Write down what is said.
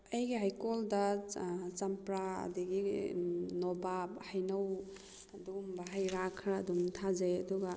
ꯑꯩꯒꯤ ꯍꯩꯀꯣꯜꯗ ꯆꯝꯄꯔꯥ ꯑꯗꯨꯗꯒꯤ ꯅꯣꯕꯥꯞ ꯍꯩꯅꯧ ꯑꯗꯨꯒꯨꯝꯕ ꯍꯩꯔꯥ ꯈꯔ ꯑꯗꯨꯝ ꯊꯥꯖꯩ ꯑꯗꯨꯒ